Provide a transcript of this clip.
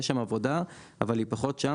יש שם עבודה אבל הפער הוא פחות שם.